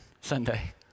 Sunday